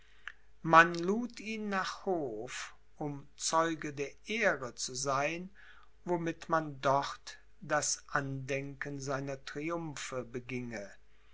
man lud ihn nach hof um zeuge der ehre zu sein womit man dort das andenken seiner triumphe beginge